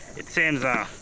it seems ah